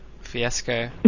fiasco